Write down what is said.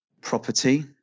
Property